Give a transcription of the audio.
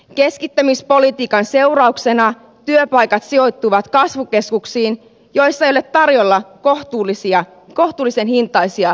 keskittämispolitiikan seurauksena työpaikat sijoittuvat kasvukeskuksiin joissa ei ole tarjolla kohtuullisen hintaisia vuokra asuntoja